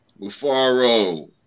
Mufaro